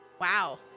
wow